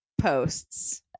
posts